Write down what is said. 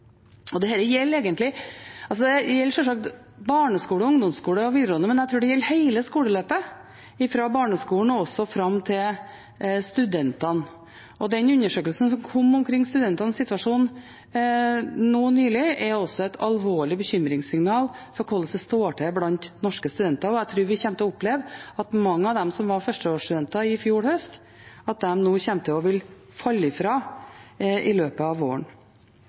gjelder sjølsagt barneskole, ungdomsskole og videregående, men jeg tror det gjelder hele skoleløpet fra barneskolen og fram til studentene. Den undersøkelsen som kom om studentenes situasjon nå nylig, er også et alvorlig bekymringssignal om hvordan det står til blant norske studenter, og jeg tror vi kommer til å oppleve at mange av dem som var førsteårsstudenter i fjor høst, nå vil komme til å falle fra i løpet av våren.